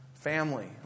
family